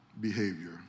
behavior